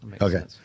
okay